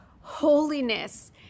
holiness